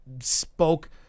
spoke